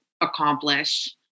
accomplish